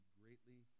greatly